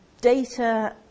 data